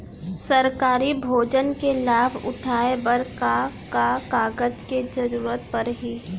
सरकारी योजना के लाभ उठाए बर का का कागज के जरूरत परही